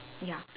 ya